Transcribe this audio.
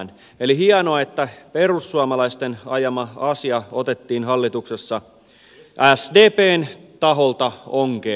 eli hienoa että perussuomalaisten ajama asia otettiin hallituksessa sdpn taholta onkeen